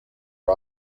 are